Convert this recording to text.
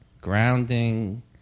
grounding